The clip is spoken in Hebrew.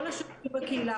כל השירותים בקהילה,